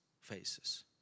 faces